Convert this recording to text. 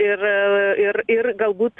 ir ir ir galbūt